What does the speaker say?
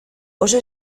oso